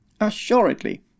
Assuredly